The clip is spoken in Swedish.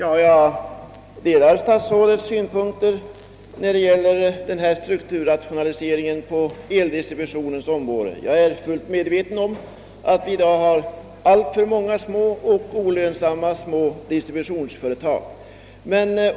Herr talman! Jag delar statsrådets synpunkter när det gäller strukturrationaliseringen på eldistributionens område. Jag är fullt medveten om att vi i dag har många små och olönsamma distributionsföretag.